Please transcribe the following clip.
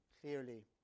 clearly